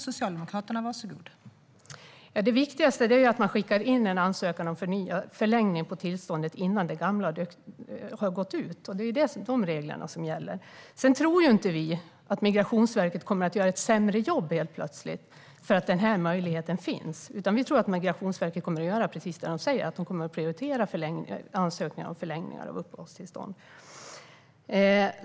Fru talman! Det viktigaste är att man skickar in en ansökan om förlängning av tillståndet innan det gamla har gått ut. Det är de reglerna som gäller. Vi tror inte att Migrationsverket helt plötsligt kommer att göra ett sämre jobb för att den här möjligheten finns, utan vi tror att man kommer att göra precis det man säger: prioritera ansökningarna om förlängning av uppehållstillstånd.